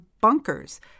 bunkers